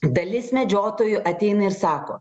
dalis medžiotojų ateina ir sako